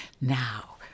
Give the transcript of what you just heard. Now